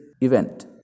event